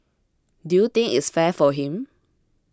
do you think its fair for him